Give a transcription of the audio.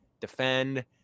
defend